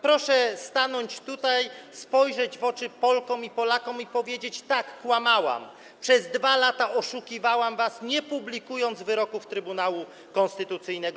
Proszę stanąć tutaj, spojrzeć w oczy Polkom i Polakom i powiedzieć: Tak, kłamałam, przez 2 lata oszukiwałam was, nie publikując wyroków Trybunału Konstytucyjnego.